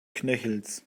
knöchels